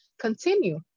continue